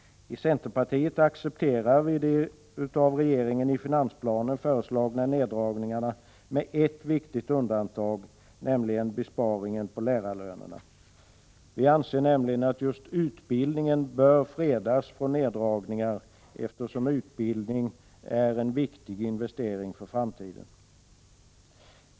I centerpartiet accepterar vi de av regeringen i finansplanen föreslagna neddragningarna med ett viktigt undantag, nämligen besparingen på lärarlönerna. Vi anser nämligen att just utbildningen bör fredas från neddragningar, eftersom utbildning är en viktig investering för framtiden.